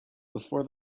before